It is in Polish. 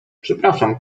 przepraszam